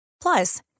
Plus